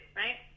right